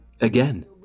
Again